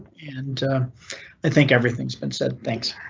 and i think everything's been said, thanks.